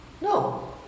No